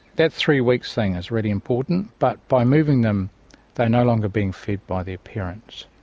that three-week thing is really important, but by moving them they are no longer being fed by their parents,